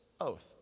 oath